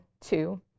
two